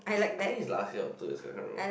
I think is last year or two years if I am not wrong